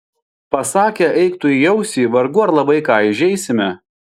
pasakę eik tu į ausį vargu ar labai ką įžeisime